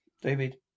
David